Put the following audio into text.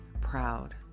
proud